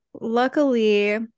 luckily